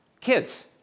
Kids